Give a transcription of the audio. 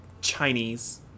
Chinese